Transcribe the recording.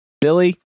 Billy